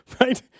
Right